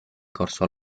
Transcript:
corso